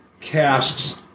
casks